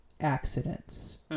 Accidents